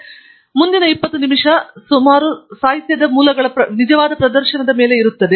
ನಂತರ ಮುಂದಿನ ಇಪ್ಪತ್ತು ನಿಮಿಷಗಳು ಸರಿಸುಮಾರು ವಿವಿಧ ಸಾಹಿತ್ಯ ಮೂಲಗಳ ನಿಜವಾದ ಪ್ರದರ್ಶನದ ಮೇಲೆ ಇರುತ್ತದೆ